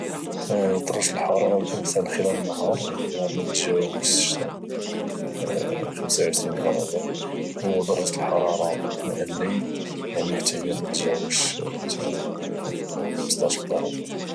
درجه الحراره والامثال خلال النهار يعني ما تجاوش زعما 25 درجه ودرجه الحراره اثناء الليل يعني حتى هي ما تجاوش 15 درجه